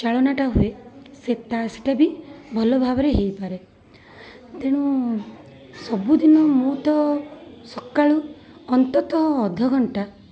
ଚାଳନାଟା ହୁଏ ସେଇଟା ସେଇଟା ବି ଭଲ ଭାବରେ ହେଇପାରେ ତେଣୁ ସବୁଦିନ ମୁଁ ତ ସକାଳୁ ଅନ୍ତତଃ ଅଧଘଣ୍ଟା